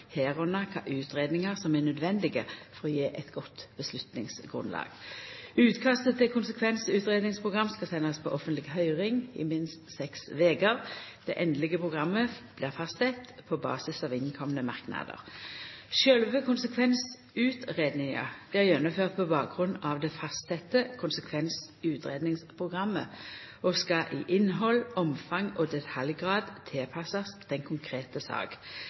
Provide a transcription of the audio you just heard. å gje eit godt beslutningsgrunnlag. Utkastet til konsekvensutgreiingsprogram skal sendast på offentleg høyring i minst seks veker. Det endelege programmet blir fastsett på basis av innkomne merknader. Sjølve konsekvensutgreiinga blir gjennomført på bakgrunn av det fastsette konsekvensutgreiingsprogrammet og skal i innhald, omfang og detaljgrad tilpassast den konkrete